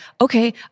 okay